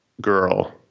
girl